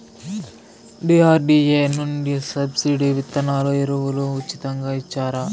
DRDA నుండి subsidy విత్తనాలు ఎరువులు ఉచితంగా ఇచ్చారా?